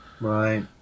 Right